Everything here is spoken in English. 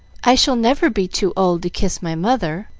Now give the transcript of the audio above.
i shall never be too old to kiss my mother,